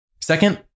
Second